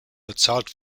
bezahlt